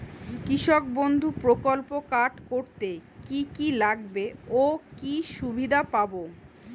কৃষক বন্ধু প্রকল্প কার্ড করতে কি কি লাগবে ও কি সুবিধা পাব?